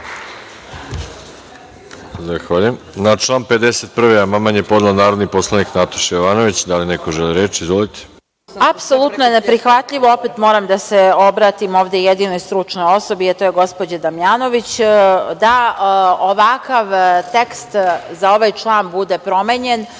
Zahvaljujem. Na član 51. amandman je podnela narodni poslanik Nataša Jovanović. Dali neko želi reč? Izvolite. **Nataša Jovanović** Apsolutno je neprihvatljivo, opet moramo da se obratim ovde jedinoj stručnoj osobi, a to je gospođa Damjanović, da ovakav tekst za ovaj član bude promenjen,